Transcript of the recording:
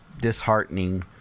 disheartening